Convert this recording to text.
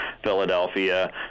Philadelphia